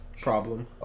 problem